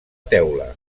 teula